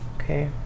Okay